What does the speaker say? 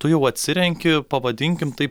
tu jau atsirenki pavadinkim taip